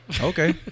Okay